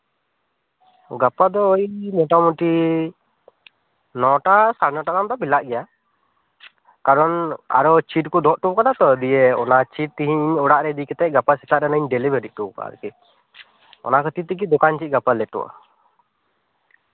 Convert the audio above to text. ᱜᱟᱯᱟ ᱫᱚ ᱳᱭ ᱢᱳᱴᱟᱢᱩᱴᱤ ᱱᱚᱴᱟ ᱥᱟᱲᱮ ᱱᱚᱴᱟ ᱜᱟᱱ ᱫᱚ ᱵᱮᱞᱟᱜ ᱜᱮᱭᱟ ᱠᱟᱨᱚᱱ ᱟᱨᱚ ᱪᱷᱤᱴ ᱠᱚ ᱫᱚᱦᱚ ᱦᱚᱴᱚᱣ ᱠᱟᱫᱟ ᱛᱚ ᱫᱤᱭᱮ ᱚᱱᱟ ᱪᱷᱤᱴ ᱛᱤᱦᱤᱧ ᱚᱲᱟᱜ ᱨᱮ ᱤᱫᱤ ᱠᱟᱛᱮᱜ ᱜᱟᱯᱟ ᱥᱮᱛᱟᱜ ᱨᱮ ᱚᱱᱟᱧ ᱰᱮᱞᱤᱵᱷᱟᱨᱤ ᱦᱚᱴᱚᱣ ᱠᱚᱣᱟ ᱟᱨᱠᱤ ᱚᱱᱟ ᱠᱷᱟᱹᱛᱤᱨ ᱛᱮᱜᱮ ᱫᱚᱠᱟᱱ ᱡᱷᱤᱡᱽ ᱜᱟᱯᱟ ᱞᱮᱴᱚᱜᱼᱟ